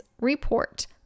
report